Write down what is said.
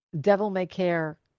devil-may-care